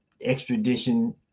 extradition